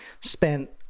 spent